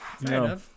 no